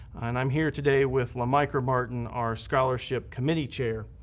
and i'm here today with lamicra martin, our scholarship committee chair.